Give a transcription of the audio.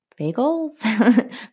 Bagels